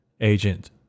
agent